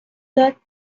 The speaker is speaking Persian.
داد